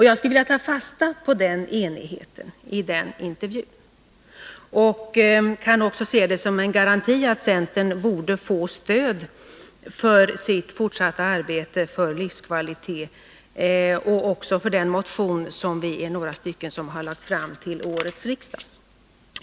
Jag skulle vilja ta fasta på enigheten i den intervjun och ser den som en garanti för att centern får stöd för sitt fortsatta arbete för livskvalitet och för den motion som några av oss har väckt.